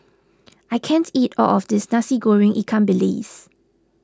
I can't eat all of this Nasi Goreng Ikan Bilis